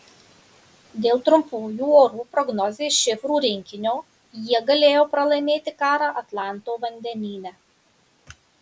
dėl trumpųjų orų prognozės šifrų rinkinio jie galėjo pralaimėti karą atlanto vandenyne